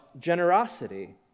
generosity